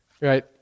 right